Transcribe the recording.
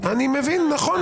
נכון.